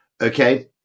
okay